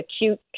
acute